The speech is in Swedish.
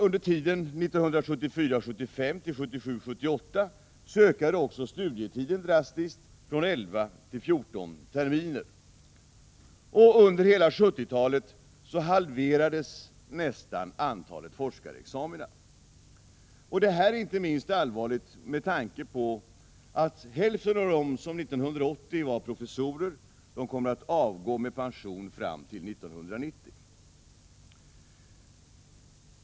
Under tiden 1974 78 ökade också studietiden drastiskt, från 11 till 14 terminer. Under hela 1970-talet nästan halverades antalet forskarexamina. Detta är allvarligt inte minst med tanke på att hälften av dem som 1980 var professorer kommer att avgå med pension fram till år 1990.